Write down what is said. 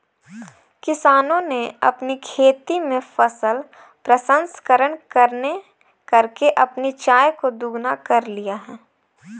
किसानों ने अपनी खेती में फसल प्रसंस्करण करके अपनी आय को दुगना कर लिया है